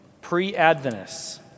Pre-Adventists